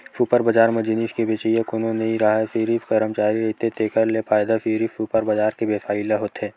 super बजार म जिनिस के बेचइया कोनो नइ राहय सिरिफ करमचारी रहिथे तेखर ले फायदा सिरिफ सुपर बजार के बेवसायी ल होथे